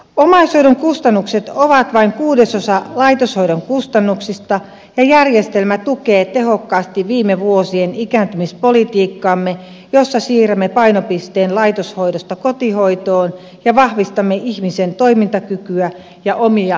omaishoidon kustannukset ovat vain kuudesosa laitoshoidon kustannuksista ja järjestelmä tukee tehokkaasti viime vuosien ikääntymispolitiikkaamme jossa siirrämme painopisteen laitoshoidosta kotihoitoon ja vahvistamme ihmisen toimintakykyä ja omia voimavaroja